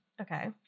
Okay